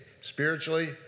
spiritually